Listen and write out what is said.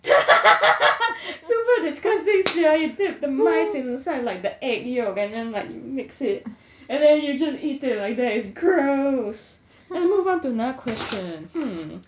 super digusting sia you dip the mice inside like the egg yolk and then like you mix it and then you just eat it like that it's gross eh move on to another question hmm